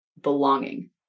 belonging